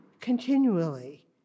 continually